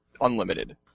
unlimited